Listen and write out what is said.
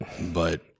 But-